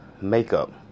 makeup